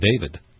David